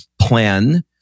plan